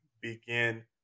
begin